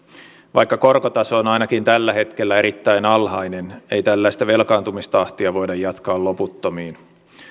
vaikka korkotaso on ainakin tällä hetkellä erittäin alhainen ei tällaista velkaantumistahtia voida jatkaa loputtomiin